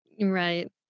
right